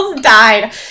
died